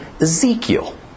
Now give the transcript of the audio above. Ezekiel